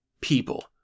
people